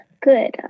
Good